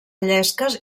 llesques